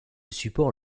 support